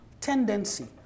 tendency